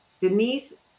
Denise